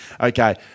okay